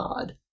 God